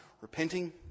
repenting